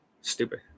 stupid